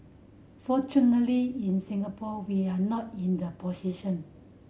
fortunately in Singapore we are not in the position